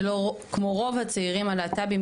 שלא כמו רוב הצעירים הלהט״בים,